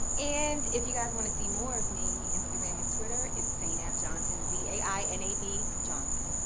and if you guys wanna see more of me, instagram and twitter it's zainabjohnson, z a i n a b johnson.